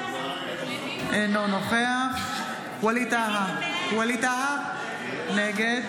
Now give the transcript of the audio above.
אינו נוכח ווליד טאהא, נגד